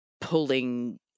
pulling